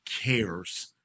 cares